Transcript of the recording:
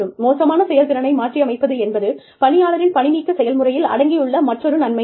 மோசமான செயல்திறனை மாற்றியமைப்பது என்பது பணியாளரின் பணிநீக்க செயல்முறையில் அடங்கியுள்ள மற்றொரு நன்மையாகும்